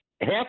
half